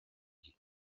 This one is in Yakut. дии